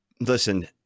listen